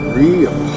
real